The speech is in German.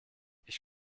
ich